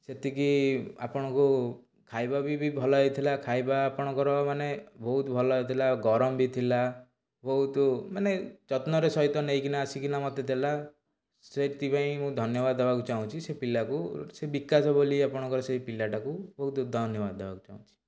ସେତିକି ଆପଣଙ୍କୁ ଖାଇବା ବି ବି ଭଲ ହେଇଥିଲା ଖାଇବା ଆପଣଙ୍କର ମାନେ ବହୁତ ଭଲ ହେଇଥିଲା ଗରମ ବି ଥିଲା ବହୁତ ମାନେ ଯତ୍ନରେ ସହିତ ନେଇକିନା ଆସିକିନା ମୋତେ ଦେଲା ସେଇଥିପାଇଁ ମୁଁ ଧନ୍ୟବାଦ ଦବାକୁ ଚାହୁଁଛି ସେ ପିଲାକୁ ସେ ବିକାଶ ବୋଲି ଆପଣଙ୍କର ସେଇ ପିଲାଟାକୁ ବହୁତ ଧନ୍ୟବାଦ ଦେବାକୁ ଚାହୁଁଛି